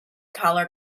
collar